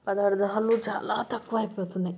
పదార్థాలు చాలా తక్కువ అయిపోతున్నాయి